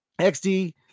XD